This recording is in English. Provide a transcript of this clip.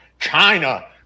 china